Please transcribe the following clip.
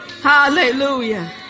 Hallelujah